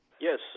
Yes